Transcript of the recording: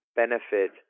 benefit